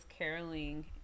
caroling